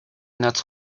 nuts